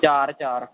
ਚਾਰ ਚਾਰ